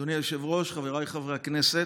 אדוני היושב-ראש, חבריי חברי הכנסת,